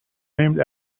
named